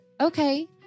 okay